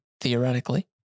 Theoretically